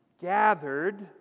Gathered